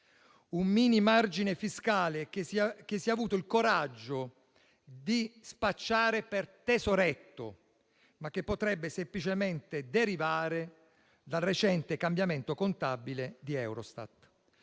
un mini margine fiscale che si ha avuto il coraggio di spacciare per tesoretto, ma che potrebbe semplicemente derivare dal recente cambiamento contabile di Eurostat.